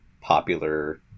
popular